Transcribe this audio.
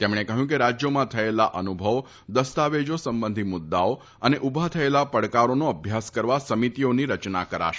તેમણે કહ્યું કે રાજ્યોમાં થયેલા અનુભવો દસ્તાવેજા સંબંધી મુદ્દાઓ અને ઉભા થયેલા પડકારોનો અભ્યાસ કરવા સમિતિઓની રચના કરાશે